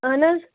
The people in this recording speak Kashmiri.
اہَن حظ